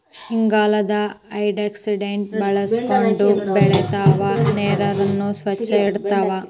ಇಂಗಾಲದ ಡೈಆಕ್ಸೈಡ್ ಬಳಸಕೊಂಡ ಬೆಳಿತಾವ ನೇರನ್ನ ಸ್ವಚ್ಛ ಇಡತಾವ